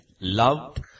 loved